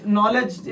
Knowledge